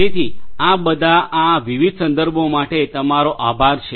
તેથી આ બધા આ વિવિધ સંદર્ભો માટે તમારો આભાર છે